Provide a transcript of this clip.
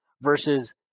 versus